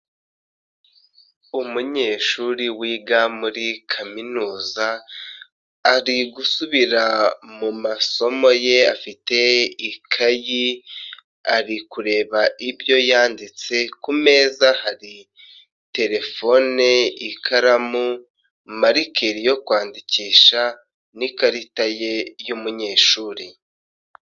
Umunyeshuri wiga muri kaminuza ari gusubira mu masomo ye, afite ikayi ari kureba ibyo yanditse, ku meza hari telefone, ikaramu, marikeri yo kwandikisha n'ikarita ye y'umunyeshuri.